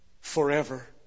forever